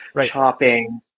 chopping